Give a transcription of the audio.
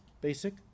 basic